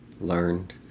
learned